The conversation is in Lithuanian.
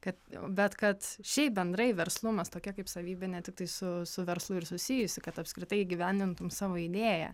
kad bet kad šiaip bendrai verslumas tokia kaip savybė ne tiktai su su verslo ir susijusi kad apskritai įgyvendintum savo idėją